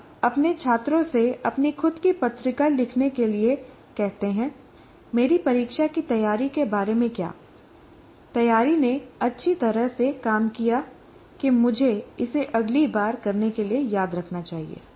आप अपने छात्रों से अपनी खुद की पत्रिका लिखने के लिए कहते हैं मेरी परीक्षा की तैयारी के बारे में क्या तैयारी ने अच्छी तरह से काम किया कि मुझे इसे अगली बार करने के लिए याद रखना चाहिए